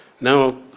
Now